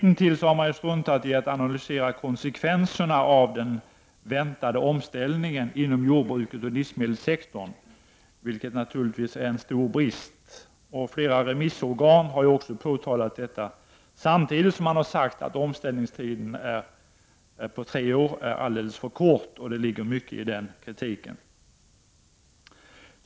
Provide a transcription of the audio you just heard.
Hittills har man struntat i att analysera konsekvenserna av den väntade omställningen inom jordbruksoch livsmedelssektorn, vilket naturligtvis är en stor brist. Flera remissorgan har också påtalat detta samtidigt som de har sagt att omställningstiden, tre år, är alldeles för kort. Det ligger mycket i den kritiken.